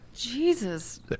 Jesus